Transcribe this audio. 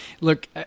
Look